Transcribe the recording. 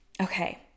Okay